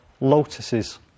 lotuses